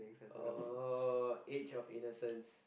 oh age of innocence